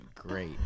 great